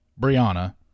Brianna